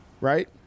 Right